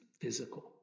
physical